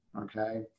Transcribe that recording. okay